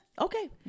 okay